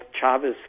Chavez